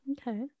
okay